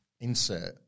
insert